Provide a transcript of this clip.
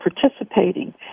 participating